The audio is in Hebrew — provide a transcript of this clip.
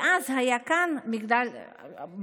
ואז יהיה כאן מגדל בבל.